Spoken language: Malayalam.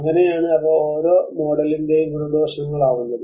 അങ്ങനെയാണ് അവ ഓരോ മോഡലിന്റെയും ഗുണദോഷങ്ങൾ ആവുന്നത്